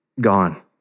gone